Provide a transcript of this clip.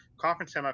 conference